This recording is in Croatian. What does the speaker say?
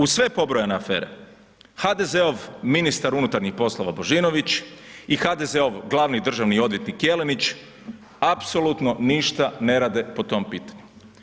Uz sve pobrojane afere, HDZ-ov ministar unutarnjih poslova, Božinović i HDZ-ov glavni državni odvjetnik Jelenić apsolutno ništa ne rade po tom pitanju.